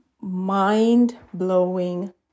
mind-blowing